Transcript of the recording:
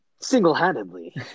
single-handedly